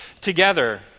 together